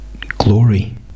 glory